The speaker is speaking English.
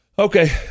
Okay